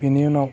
बिनि उनाव